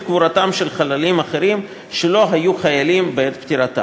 קבורתם של חללים אחרים שלא היו חיילים בעת פטירתם.